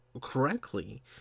correctly